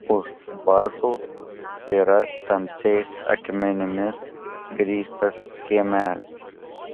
už vartų yra tamsiais akmenimis grįstas kiemelis